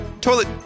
Toilet